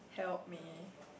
help me